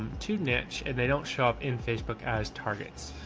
too niche. and they don't show up in facebook as targets.